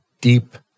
deep